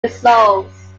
dissolves